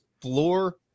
floor